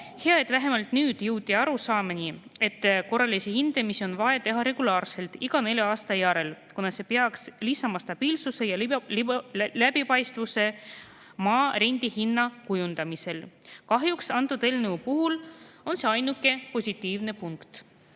Hea, et vähemalt nüüd jõuti arusaamani, et korralisi hindamisi on vaja teha regulaarselt, iga nelja aasta järel, kuna see peaks lisama stabiilsuse ja läbipaistvuse maa rendihinna kujundamisele. Kahjuks on see antud eelnõu ainuke positiivne punkt. Teine